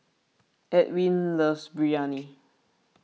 Ewin loves Biryani